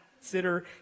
consider